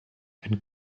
and